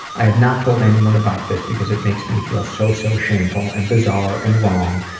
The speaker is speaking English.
i have not told anyone about this, because it makes me feel so, so shameful and bizarre, and wrong.